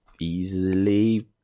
easily